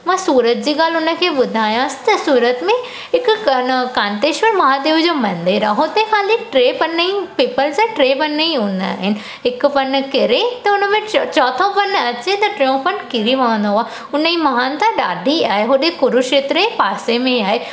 मां सूरत जी ॻाल्हि हुन खे ॿुधायांसि त सूरत में हिकु क न कांतेश्वर महादेव जो मंदरु आहे हुते खाली टे पन ई पीपल जा टे पन ई हूंदा आहिनि हिकु पनु किरे त हुन में चौ चौथों पनु अचे त टियों पनु किरी पवंदो आहे हुन जी महानता ॾाढी आहे होॾे कुरुक्षेत्र जे पासे में आहे